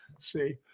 See